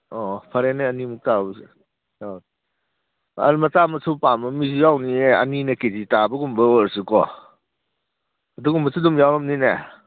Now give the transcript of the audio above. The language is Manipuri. ꯑꯣ ꯐꯔꯦꯅꯦ ꯑꯅꯤꯃꯨꯛ ꯇꯥꯕꯁꯨ ꯃꯆꯥ ꯃꯁꯨ ꯄꯥꯝꯕ ꯃꯤꯁꯨ ꯌꯥꯎꯅꯤꯌꯦ ꯑꯅꯤꯅ ꯀꯦ ꯖꯤ ꯇꯥꯕꯒꯨꯝꯕ ꯑꯣꯏꯔꯁꯨꯀꯣ ꯑꯗꯨꯒꯨꯝꯕꯁꯨ ꯑꯗꯨꯝ ꯌꯥꯎꯔꯝꯅꯤꯅꯦ